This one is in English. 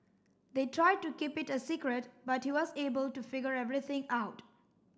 they tried to keep it a secret but he was able to figure everything out